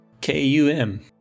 K-U-M